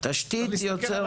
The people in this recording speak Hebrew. צריך להסתכל על